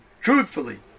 truthfully